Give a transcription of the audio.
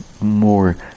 more